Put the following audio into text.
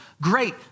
great